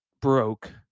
broke